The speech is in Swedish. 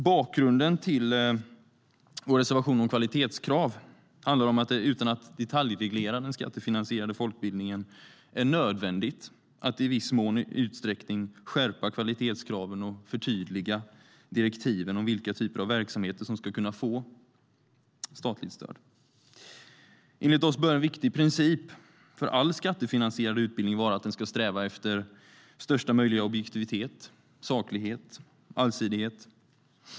Bakgrunden till vår reservation om kvalitetskrav handlar om att det, utan att detaljreglera den skattefinansierade folkbildningen, är nödvändigt att i viss utsträckning skärpa kvalitetskraven och förtydliga direktiven om vilka typer av verksamheter som ska kunna få statligt stöd. Enligt oss bör en viktig princip för all skattefinansierad utbildning vara att den ska sträva efter största möjliga objektivitet, saklighet och allsidighet.